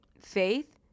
faith